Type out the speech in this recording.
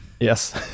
yes